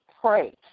pray